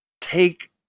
Take